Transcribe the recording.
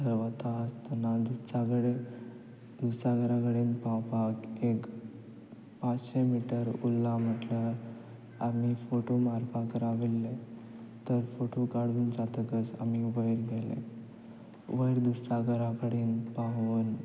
तर वता आसतना दुधसागर दुधसागरा कडेन पावपाक एक पांचशे मिटर उरलां म्हटल्यार आमी फोटो मारपाक राविल्ले तर फोटो काडून जातकच आमी वयर गेले वयर दुधसागरा कडेन पावून